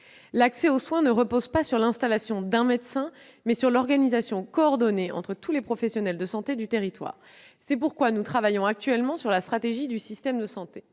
L'accès aux soins repose, non pas sur l'installation d'un médecin, mais sur l'organisation coordonnée de tous les professionnels de santé d'un territoire donné. C'est pourquoi nous travaillons actuellement sur la stratégie du système de santé.